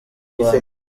rwanda